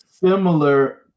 Similar